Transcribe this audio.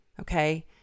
okay